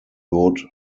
good